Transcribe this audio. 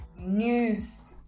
news